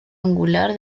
angular